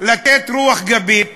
לתת רוח גבית